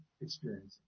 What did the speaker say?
experiencing